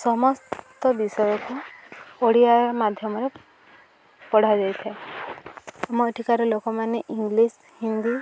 ସମସ୍ତ ବିଷୟକୁ ଓଡ଼ିଆ ମାଧ୍ୟମରେ ପଢ଼ାଯାଇ ଥାଏ ଆମ ଏଠିକାର ଲୋକମାନେ ଇଂଲିଶ ହିନ୍ଦୀ